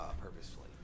purposefully